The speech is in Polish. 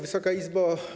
Wysoka Izbo!